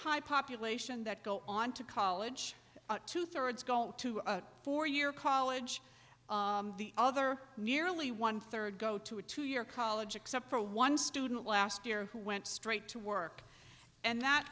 high population that go on to college two thirds go to a four year college the other nearly one third go to a two year college except for one student last year who went straight to work and that